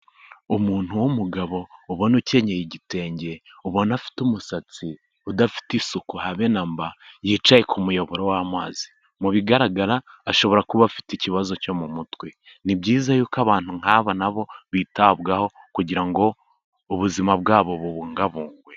Umuntu w'umugabo ubona ukenyeye igitenge, ubona afite umusatsi, udafite isuku habe na mba, yicaye ku muyoboro w'amazi. Mu bigaragara ashobora kuba afite ikibazo cyo mu mutwe. Ni byiza yuko abantu nk'aba na bo bitabwaho kugira ngo ubuzima bwabo bubungabungwe.